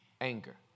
anger